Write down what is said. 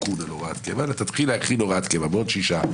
הוראת קבע בעוד שישה,